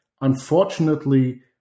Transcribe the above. Unfortunately